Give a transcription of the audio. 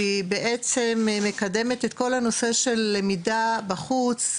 והיא בעצם מקדמת את כל הנושא של למידה בחוץ,